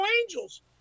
Angels